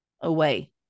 away